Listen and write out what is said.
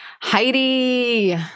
Heidi